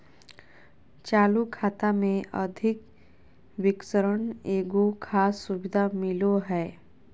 चालू खाता मे अधिविकर्षण एगो खास सुविधा मिलो हय